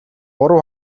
гурав